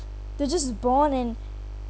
they're just born and